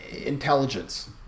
intelligence